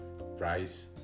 rice